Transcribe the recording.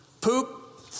poop